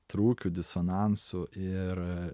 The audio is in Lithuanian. trūkių disonansų ir